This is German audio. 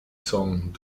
song